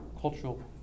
cultural